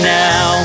now